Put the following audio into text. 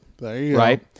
right